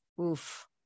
oof